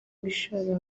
gushishoza